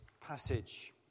passage